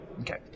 Okay